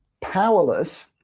powerless